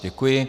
Děkuji.